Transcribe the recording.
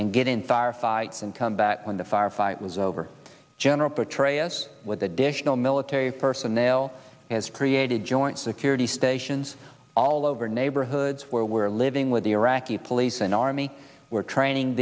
and get in firefights and come back when the firefight was over general petraeus with additional military personnel has created joint security stations all over neighborhoods where we're living with the iraqi police and army we're training